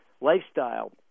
lifestyle